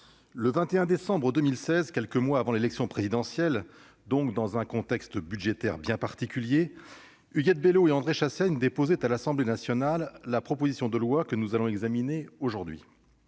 le 21 décembre 2016, quelques mois avant l'élection présidentielle, donc dans un contexte budgétaire bien particulier, Huguette Bello et André Chassaigne déposaient à l'Assemblée nationale la proposition de loi que nous allons examiner aujourd'hui.